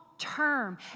term